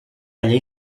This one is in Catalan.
llei